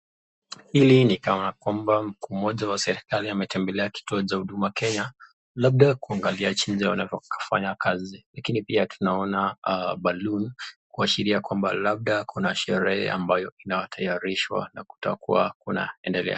Hili ni kana kwamba mkuu moja wa serikali ametembelea kitua cha huduma kenya labda kuangalia jinsi wanavyofanya kazi, lakini pia tunaona balloon kuashiria kuwa labda Kuna sherehea ambayo imetayarisha na kutakuwa kunaendelea.